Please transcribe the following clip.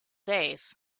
days